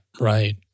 Right